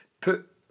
put